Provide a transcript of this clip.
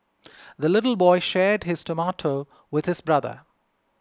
the little boy shared his tomato with his brother